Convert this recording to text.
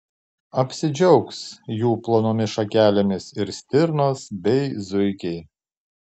apsidžiaugs jų plonomis šakelėmis ir stirnos bei zuikiai